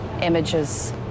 images